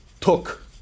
took